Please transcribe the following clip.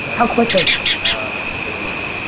how quickly? like in thirty minutes.